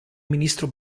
ministro